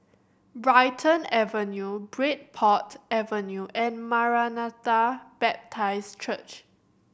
Brighton Avenue Bridport Avenue and Maranatha Baptist Church